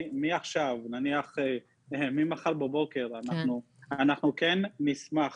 מעכשיו, נניח ממחר בבוקר, אנחנו כן נשמח